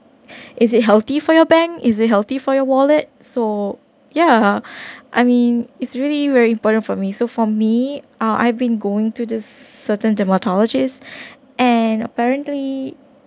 is it healthy for your bank is it healthy for your wallet so yeah I mean it's really very important for me so for me uh I've been going to the certain dermatologist and apparently